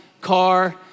car